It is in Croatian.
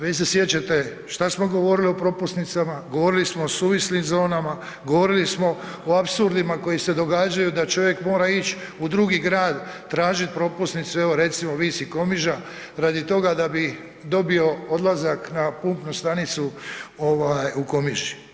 Vi se sjećate šta smo govorili o propusnicama, govorili smo o suvislim zonama, govorili smo o apsurdima koji se događaju da čovjek mora ić u drugi grad tražiti propusnicu, evo recimo, Vis i Komiža, radi toga da bi dobio odlazak na punktnu stancu u Komiži.